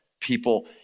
people